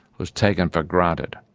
was taken for granted.